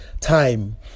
time